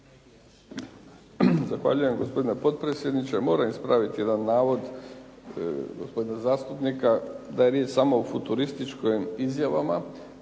Zahvaljujem gospodine potpredsjedniče. Moram ispraviti jedan navod gospodina zastupnika, da je riječ samo o futurističkim izjavama.